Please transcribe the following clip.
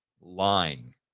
lying